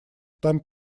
там